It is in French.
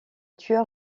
tueur